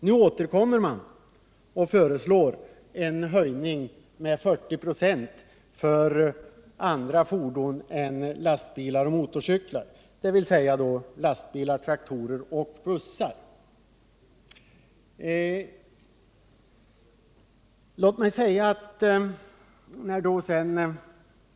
Nu återkommer socialdemokraterna med förslag om en höjning med 40 96 för andra fordon än personbilar och motorcyklar, dvs. för lastbilar, traktorer och bussar.